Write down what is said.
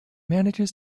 manages